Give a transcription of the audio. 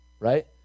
right